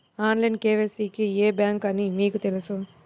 Online KYC కి ఏ bank అని మీకు తెలుసా?